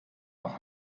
nach